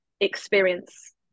experience